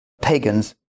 pagans